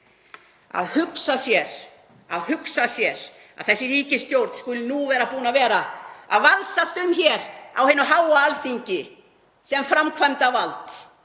Að hugsa sér að þessi ríkisstjórn skuli nú vera búin að vera að vasast um hér á hinu háa Alþingi sem framkvæmdarvald